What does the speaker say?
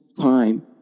time